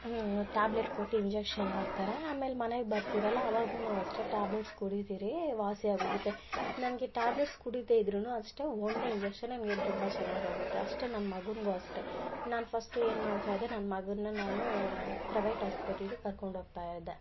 tablet ಕೊಟ್ಟು injection ಹಾಕ್ತಾರೆ ಆಮೇಲೆ ಮನೇಗೆ ಬರ್ತಿರಲ್ಲ ಅವಾಗು ಅಷ್ಟೇ ಟ್ಯಾಬ್ಲೆಟ್ಸ್ ಕುಡಿತಿರಿ ವಾಸಿಯಾಗೋಗುತ್ತೆ ನನಗೆ ಟ್ಯಾಬ್ಲೆಟ್ಸ್ ಕುಡಿದೇ ಇದ್ರು ಅಷ್ಟೇ ಒಂದು ಇಂಜೆಕ್ಷನೇ ಮೇಲೆ ತುಂಬ ಚೆನ್ನಾಗ್ ಆಗುತ್ತೆ ಅಷ್ಟೆ ನನ್ನ ಮಗನ್ಗು ಅಷ್ಟೆ ನಾನು ಫಸ್ಟು ಏನು ಮಾಡ್ತಾಯಿದ್ದೆ ನನ್ನ ಮಗನ್ನ ನಾನು ಪ್ರವೇಟ್ ಹಾಸ್ಪೆಟ್ಲ್ಗೆ ಕರ್ಕೊಂಡೋಗ್ತಾಯಿದ್ದೆ